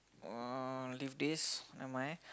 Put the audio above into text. uh leave this never mind